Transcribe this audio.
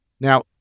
Now